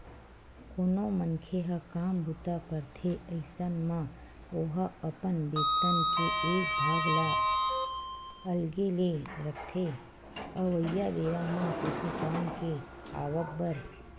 कोनो मनखे ह काम बूता करथे अइसन म ओहा अपन बेतन के एक भाग ल अलगे ले रखथे अवइया बेरा म कुछु काम के आवब बर